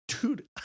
Dude